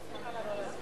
אפשר לעבור להצבעה.